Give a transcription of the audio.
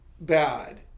bad